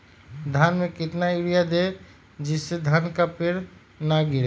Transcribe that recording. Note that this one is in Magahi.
धान में कितना यूरिया दे जिससे धान का पेड़ ना गिरे?